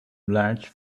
large